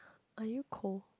are you cold